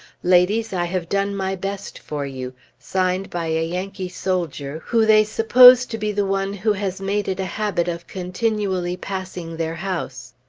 ladies, i have done my best for you, signed by a yankee soldier, who they suppose to be the one who has made it a habit of continually passing their house.